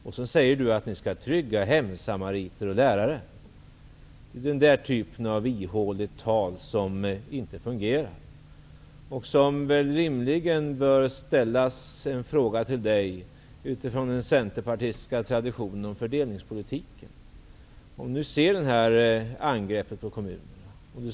Sedan säger Per-Ola Eriksson att de skall trygga anställningen för hemsamariter och lärare. Det är en typ av ihåligt tal som inte fungerar. Det är rimligt att ställa frågor till Per-Ola Eriksson, utifrån den centerpartistiska traditionen i fråga om fördelningspolitiken. Per-Ola Eriksson ser dessa angrepp i kommunerna.